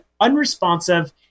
unresponsive